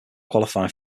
qualify